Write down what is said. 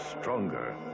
stronger